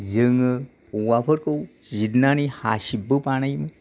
जोङो औवाफोरखौ जिरनानै हासिबबो बानायोमोन